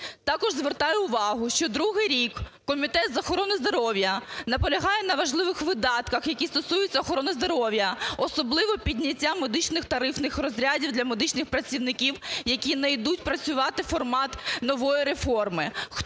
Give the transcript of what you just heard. Також звертаю увагу, що другий рік Комітет з охорони здоров'я наполягає на важливих видатках, які стосуються охорони здоров'я, особливо підняття медичних тарифних розрядів для медичних працівників, які не йдуть працювати у формат нової реформи.